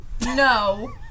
No